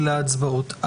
ולהצבעות.